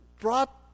brought